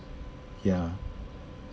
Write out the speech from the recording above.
ya